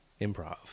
improv